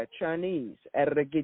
Chinese